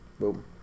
Boom